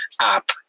app